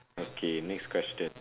okay next question